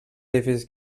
edificis